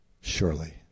Surely